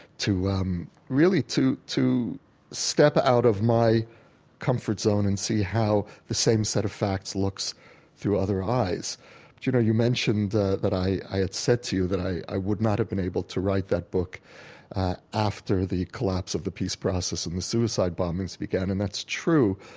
um really, to to step out of my comfort zone and see how the same set of facts looks through other eyes you know, you mentioned that i had said to you that i would not have been able to write that book after the collapse of the peace process and the suicide bombings began and that's true,